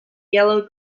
yellow